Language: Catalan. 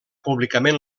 públicament